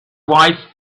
wife